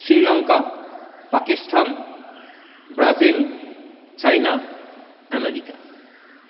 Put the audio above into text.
Sri Lanka Pakistan Brazil China America